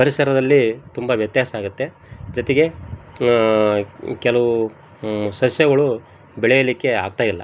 ಪರಿಸರದಲ್ಲಿ ತುಂಬ ವ್ಯತ್ಯಾಸ ಆಗುತ್ತೆ ಜೊತೆಗೆ ಕೆಲವು ಸಸ್ಯಗಳು ಬೆಳೆಯಲಿಕ್ಕೆ ಆಗ್ತಾ ಇಲ್ಲ